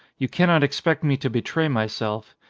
you cannot expect me to betray myself.